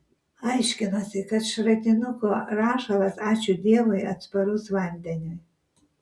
aiškinosi kad šratinuko rašalas ačiū dievui atsparus vandeniui